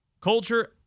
Culture